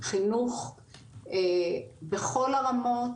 חינוך בכל הרמות,